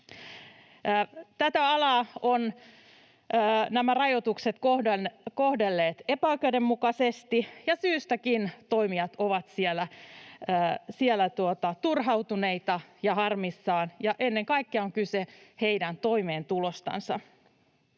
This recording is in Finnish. Tätä alaa ovat nämä rajoitukset kohdelleet epäoikeudenmukaisesti, ja syystäkin toimijat siellä ovat turhautuneita ja harmissaan, ja ennen kaikkea on kyse heidän toimeentulostansa.